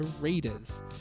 readers